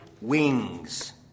wings